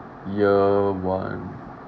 year one